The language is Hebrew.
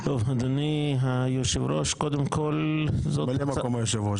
אדוני היושב-ראש --- אני ממלא מקום היושב-ראש.